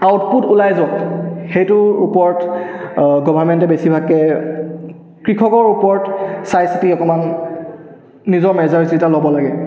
output ওলাই যাওক সেইটোৰ ওপৰত গভাৰ্মেণ্টে বেছিভাগে কৃষকৰ ওপৰত চাই চিতি অকণমান নিজৰ মেজাৰ্ছকেইটা ল'ব লাগে